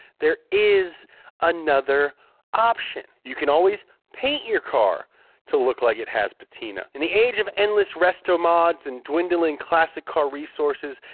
there is another option. you can always paint your car to look like it has patina. in the age of endless resto mods and dwindling classic car resources,